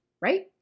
right